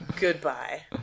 Goodbye